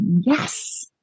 Yes